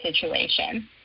situation